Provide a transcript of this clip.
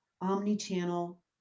omni-channel